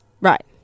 right